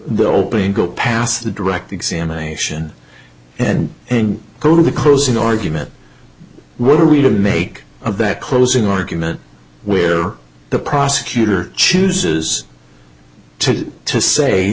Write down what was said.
bilbray and go past the direct examination and and go to the closing argument what are we to make of that closing argument where the prosecutor chooses to to say